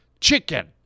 chicken